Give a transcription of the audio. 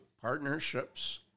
partnerships